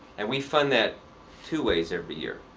and we fund that two ways every year.